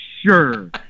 sure